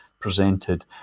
presented